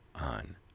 on